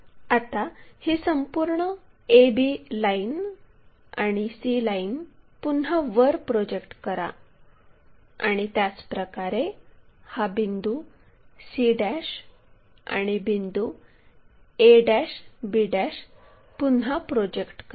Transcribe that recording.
आता ही संपूर्ण a b लाइन आणि c लाईन पुन्हा वर प्रोजेक्ट करा आणि त्याचप्रकारे हा बिंदू c आणि बिंदू a b पुन्हा प्रोजेक्ट करा